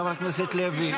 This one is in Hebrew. חבר הכנסת לוי.